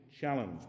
challenge